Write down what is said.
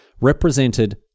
represented